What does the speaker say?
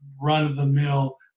run-of-the-mill